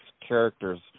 characters